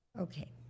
Okay